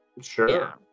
Sure